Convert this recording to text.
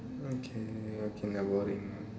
okay okay boring ah